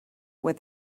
with